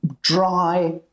dry